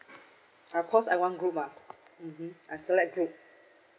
uh cause I want group uh mmhmm I select group